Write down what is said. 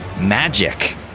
magic